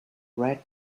red